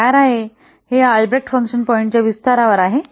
ते तयार आहे हे या अल्ब्रेक्ट फंक्शन पॉईंटच्या विस्तारावर आहे